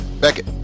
Beckett